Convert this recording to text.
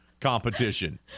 competition